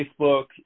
Facebook